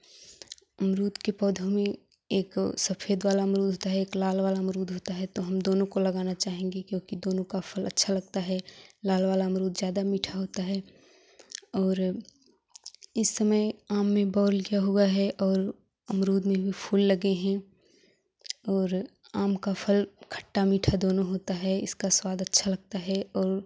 अमरूद के पौधों में एक सफ़ेद वाला अमरूद एक लाल वाला अमरूद होता है तो हम दोनों को लगाना चाहेंगे क्योंकि दोनों का फल अच्छा लगता है लाल वाला अमरूद ज़्यादा मीठा होता है और इस समय आम में बॉल क्या हुआ है और अमरूद में फूल लगे हैं और आम का फल खट्टा मीठा दोनों होता है इसका स्वाद अच्छा लगता है और